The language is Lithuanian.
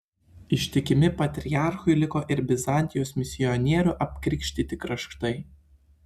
ištikimi patriarchui liko ir bizantijos misionierių apkrikštyti kraštai